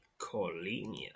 Colinia